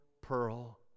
pearl